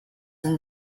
than